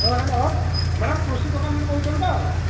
ହଁ hello madam କୃଷି ଦୋକାନରୁ କହୁଛନ୍ତି ତ